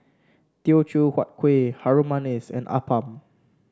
Teochew Huat Kuih Harum Manis and appam